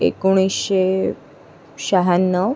एकोणीसशे शहाण्णव